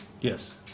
Yes